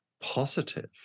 positive